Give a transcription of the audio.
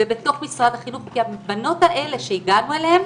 ובתוך משרד החינוך, כי הבנות האלה שהגענו אליהן